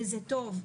וזה טוב.